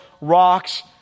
rocks